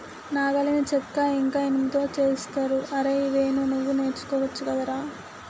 నాగలిని చెక్క ఇంక ఇనుముతో చేస్తరు అరేయ్ వేణు నువ్వు నేర్చుకోవచ్చు గదరా